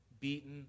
beaten